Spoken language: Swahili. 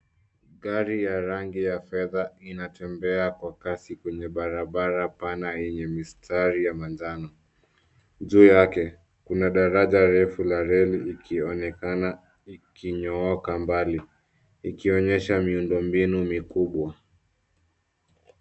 Gari ya rangi ya fedha inatembea kwa kasi kwenye barabara pana yenye mistari ya manjano. Juu yake kuna daraja refu la reli likionekana likinyooka mbali, ikionyesha miundombinu mikubwa.